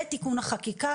בתיקון החקיקה.